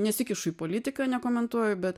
nesikišu į politiką nekomentuoju bet